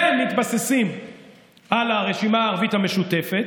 ומתבססים על הרשימה הערבית המשותפת.